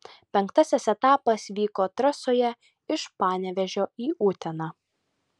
penktasis etapas vyko trasoje iš panevėžio į uteną